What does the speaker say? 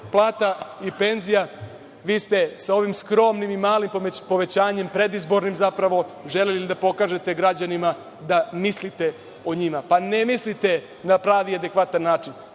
plata i penzija, vi ste sa ovim skromnim i malim povećanjem, predizbornim zapravo, želeli da pokažete građanima da mislite o njima. Pa ne mislite na pravi i adekvatan način.